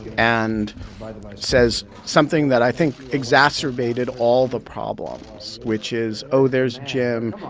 and says something that, i think, exacerbated all the problems, which is, oh, there's jim.